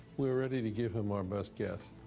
we're ready to give him our best guess.